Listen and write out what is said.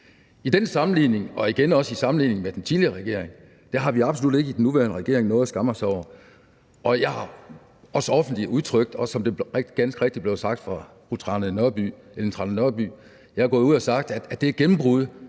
I den sammenligning og i sammenligning med den tidligere regering har vi absolut ikke noget i den nuværende regering at skamme os over. Jeg har også offentligt udtrykt, som det ganske rigtigt blev sagt af fru Ellen Trane Nørby, at det er et gennembrud,